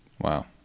Wow